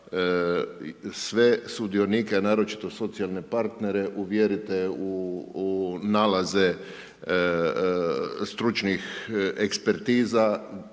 sve sudionike, naročito socijalne partnere uvjerite u nalaze stručnih ekspertiza